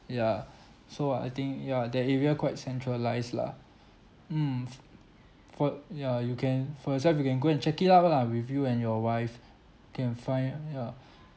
yeah so I think ya that area quite centralised lah mm f~ for ya you can for yourself you can go and check it out lah with you and your wife can find ah ya